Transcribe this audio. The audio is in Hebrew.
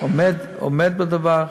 עומד בדבר,